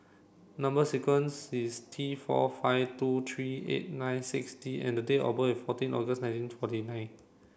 number sequence is T four five two three eight nine six D and date of birth is fourteen August nineteen forty nine